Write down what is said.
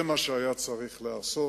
זה מה שהיה צריך לעשות.